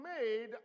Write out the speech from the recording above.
made